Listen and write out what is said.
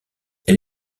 elle